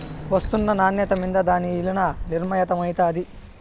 ఒస్తున్న నాన్యత మింద దాని ఇలున నిర్మయమైతాది